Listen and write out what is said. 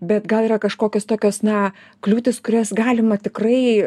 bet gal yra kažkokios tokios na kliūtys kurias galima tikrai